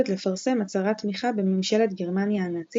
לפרסם הצהרת תמיכה בממשלת גרמניה הנאצית